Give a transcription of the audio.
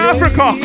Africa